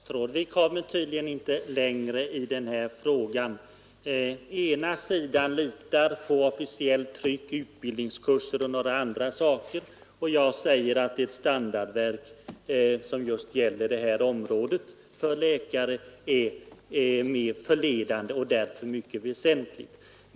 Herr talman! Vi kommer tydligen inte längre i den här frågan. Den ena sidan litar på officiellt tryck, utbildningskurser och några andra saker, medan jag säger att ett standardverk för läkare på detta område dess värre i bland blivit vägledande och därför är mycket väsentligt.